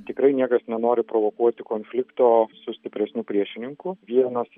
tikrai niekas nenori provokuoti konflikto su stipresniu priešininku vienas